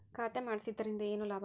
ಖಾತೆ ಮಾಡಿಸಿದ್ದರಿಂದ ಏನು ಲಾಭ?